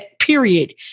period